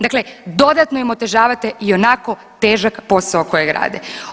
Dakle, dodatno im otežavate ionako težak posao kojeg rade.